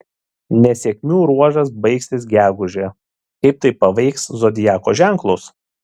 nesėkmių ruožas baigsis gegužę kaip tai paveiks zodiako ženklus